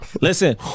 Listen